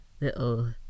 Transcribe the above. little